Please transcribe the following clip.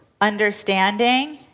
understanding